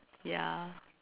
ya